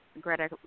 Greta